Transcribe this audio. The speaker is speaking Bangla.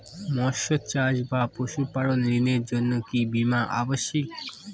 মৎস্য চাষ বা পশুপালন ঋণের জন্য কি বীমা অবশ্যক?